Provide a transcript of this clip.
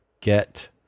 get